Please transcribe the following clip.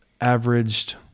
averaged